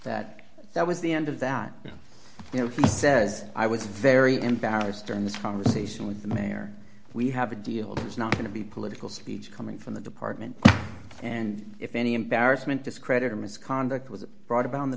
that that was the end of that you know he says i was very embarrassed during this conversation with the mayor we have a deal it's not going to be political speech coming from the department and if any embarrassment discredit or misconduct was brought about on the